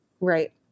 Right